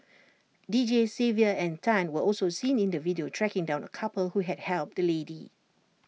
Deejays Xavier and Tan were also seen in the video tracking down A couple who had helped the lady